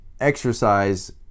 exercise